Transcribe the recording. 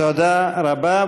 תודה רבה.